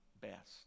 best